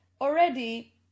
already